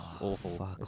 Awful